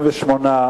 28,